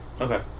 Okay